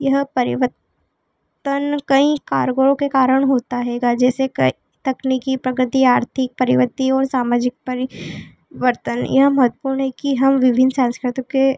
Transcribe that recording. यह परिवर्तन कईं कारगरों के कारण होता हैगा जैसे तकनीकी प्रगति आर्थिक परिवर्तन और सामाजिक परि वर्तन यह महत्वपूर्ण है कि हम विभिन्न संस्कृतियों के